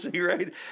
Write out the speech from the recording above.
right